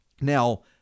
Now